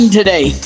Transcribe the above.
today